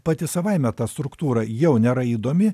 pati savaime ta struktūra jau nėra įdomi